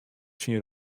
syn